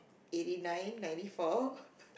eighty nine ninety four